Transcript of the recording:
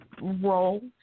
role